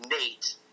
Nate